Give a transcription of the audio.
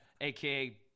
aka